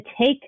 take